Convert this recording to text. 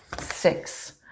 Six